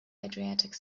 adriatic